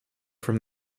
from